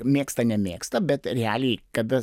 mėgsta nemėgsta bet realiai kada